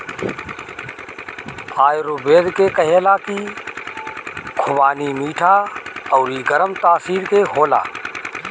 आयुर्वेद कहेला की खुबानी मीठा अउरी गरम तासीर के होला